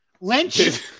Lynch